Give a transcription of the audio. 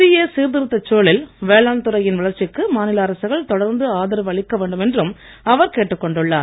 புதிய சீர்திருத்தச் சூழலில் வேளாண் துறையின் வளர்ச்சிக்கு மாநில அரசுகள் தொடர்ந்து ஆதரவு அளிக்கவேண்டும் என்றும் அவர் கேட்டுக் கொண்டுள்ளார்